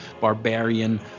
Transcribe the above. barbarian